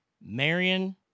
Marion